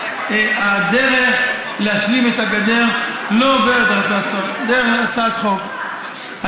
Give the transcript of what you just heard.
הדרך להשלים את הגדר לא עוברת דרך הצעת חוק,